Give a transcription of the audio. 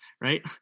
right